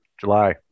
July